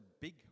big